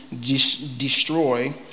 destroy